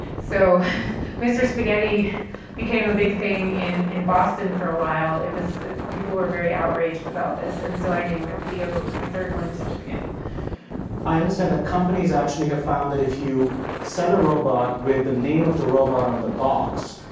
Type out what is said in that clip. so mr. spaghetti became a big thing in in boston for a while. it was people were very outraged about this. and so i named my pleo my third one mr. spaghetti i understand that companies actually have found that if you sell a robot with the name of the robot on the box,